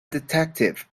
detective